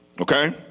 Okay